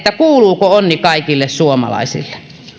kuuluuko onni kaikille suomalaisille